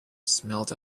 smelled